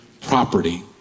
property